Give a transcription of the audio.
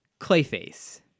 Clayface